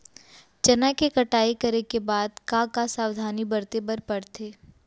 चना के कटाई करे के बाद का का सावधानी बरते बर परथे?